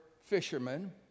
fishermen